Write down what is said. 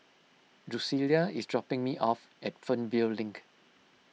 Drucilla is dropping me off at Fernvale Link